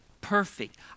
perfect